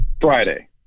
Friday